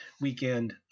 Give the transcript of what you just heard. weekend